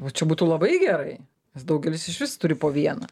va čia būtų labai gerai nes daugelis išvis turi po vieną